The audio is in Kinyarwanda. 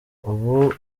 ubu